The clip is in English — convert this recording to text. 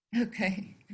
okay